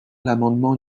l’amendement